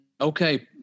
Okay